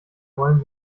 wollen